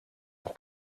een